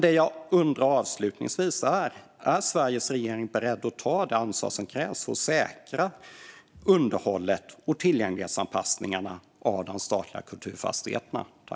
Det jag avslutningsvis undrar är detta: Är Sveriges regering beredd att ta det ansvar som krävs för att säkra underhållet och tillgänglighetsanpassningarna av de statliga kulturfastigheterna?